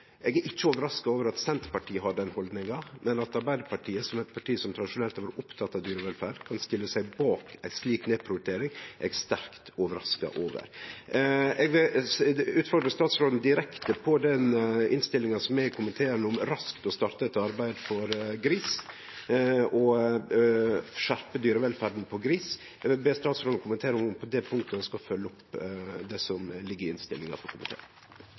Eg er ikkje overraska over at Senterpartiet har den haldninga, men at Arbeidarpartiet, som eit parti som tradisjonelt har vore oppteke av dyrevelferd, kan stille seg bak ei slik nedprioritering, er eg sterkt overraska over. Eg vil utfordre statsråden direkte på den innstillinga som er i komiteen, om raskt å starte eit arbeid for å skjerpe dyrevelferda for gris. Eg vil be statsråden kommentere om ho på det punktet ønskjer å følgje opp det som ligg i innstillinga frå komiteen.